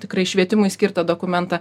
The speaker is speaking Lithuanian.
tikrai švietimui skirtą dokumentą